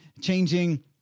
changing